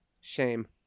Shame